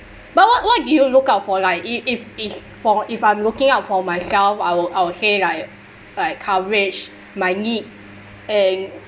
but what what you look out for like if it is for if I'm looking out for myself I will I will say like like coverage my need and